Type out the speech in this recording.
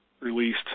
released